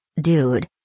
dude